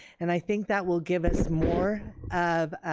and i think that will give us more of